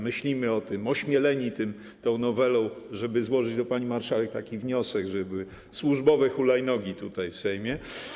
Myślimy o tym ośmieleni tą nowelą, żeby złożyć do pani marszałek taki wniosek, żeby służbowe hulajnogi były w Sejmie.